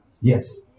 Yes